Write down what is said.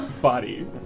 Body